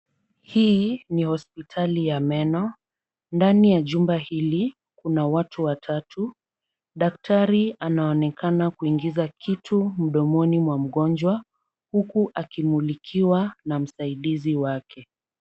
Hii ni hospitali ya meno. Ndani ya jumba hili kuna watu watatu. Daktari anaonekana kuingiza kitu mdomoni mwa mgonjwa, huku akimulikiwa na msaidizi wake.